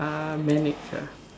uh manage ah